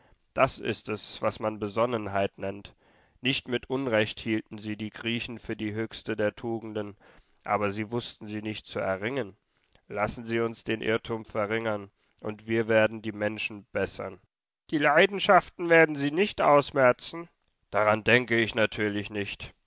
das ist es was man besonnenheit nennt nicht mit unrecht hielten sie die griechen für die höchste der tugenden aber sie wußten sie nicht zu erringen lassen sie uns den irrtum verringern und wir werden die menschen bessern die leidenschaften werden sie nicht ausmerzen daran denke ich natürlich nicht